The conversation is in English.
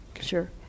sure